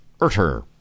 Erter